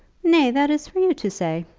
nay that is for you to say.